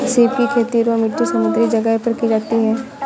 सीप की खेती रोम इटली समुंद्री जगह पर की जाती है